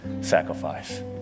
sacrifice